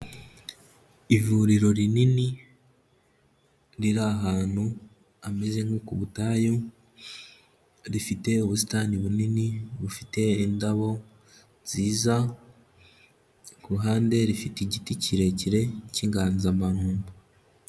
Ivuriro rinini riri ahantu hamezeze nko ku butayu, rifite ubusitani bunini bufite indabo nziza, ku ruhande rifite igiti kirekire cy'inganzamarumbo.